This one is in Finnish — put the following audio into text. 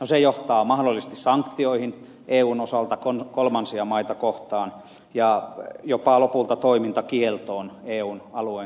no se johtaa mahdollisesti sanktioihin eun osalta kolmansia maita kohtaan ja lopulta jopa toimintakieltoon eun alueen sisällä